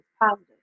positive